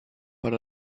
but